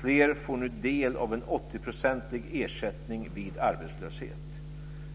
Fler får nu del av en 80-procentig ersättning vid arbetslöshet.